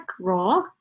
raw